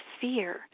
fear